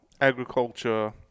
Agriculture